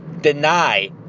deny